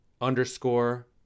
underscore